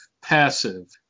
passive